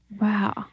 Wow